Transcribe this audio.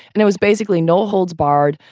and it was basically no holds barred.